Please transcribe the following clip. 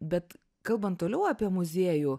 bet kalbant toliau apie muziejų